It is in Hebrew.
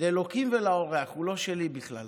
לאלוקים ולאורח, הוא לא שלי בכלל.